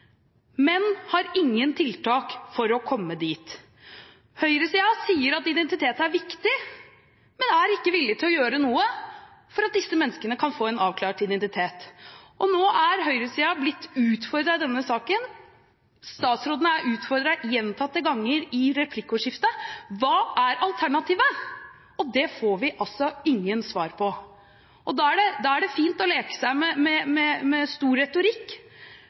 men de har ingen tiltak for å komme dit. Høyresiden sier at identitet er viktig, men er ikke villig til å gjøre noe for at disse menneskene kan få en avklart identitet. Og nå er høyresiden blitt utfordret i denne saken. Statsråden er utfordret gjentatte ganger i replikkordskiftet: Hva er alternativet? – og det får vi altså ingen svar på. Da er det fint å leke seg med stor retorikk, men i denne sal må man komme med